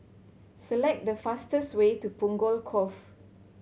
select the fastest way to Punggol Cove